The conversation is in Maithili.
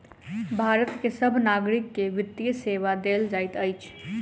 भारत के सभ नागरिक के वित्तीय सेवा देल जाइत अछि